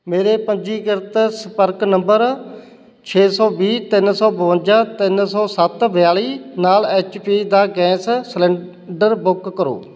ਮੇਰੇ ਪੰਜੀਕ੍ਰਿਤ ਸੰਪਰਕ ਨੰਬਰ ਛੇ ਸੌ ਵੀਹ ਤਿੰਨ ਸੌ ਬਵੰਜਾ ਤਿੰਨ ਸੌ ਸੱਤ ਬਿਆਲੀ ਨਾਲ ਐਚ ਪੀ ਦਾ ਗੈਸ ਸਿਲੰਡਰ ਬੁੱਕ ਕਰੋ